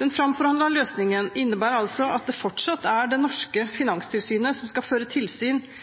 Den framforhandlede løsningen innebærer altså at det fortsatt er det norske finanstilsynet som skal føre tilsyn